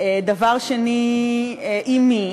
דבר שני, עם מי?